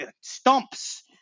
stumps